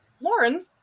Lauren